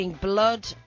blood